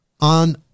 On